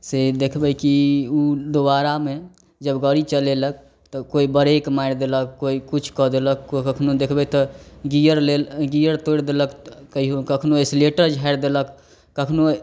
से देखबै कि ओ दोबारामे जब गड़ी चलेलक तऽ कोइ बरेक मारि देलक तऽ कोइ किछु करि देलक कोइ कखनहु देखबै तऽ गिअर लेल गिअर तोड़ि देलक कहिओ कखनहु एक्सलेटर झाड़ि देलक कखनहु